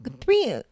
three